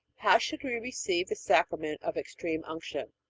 how should we receive the sacrament of extreme unction?